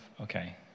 okay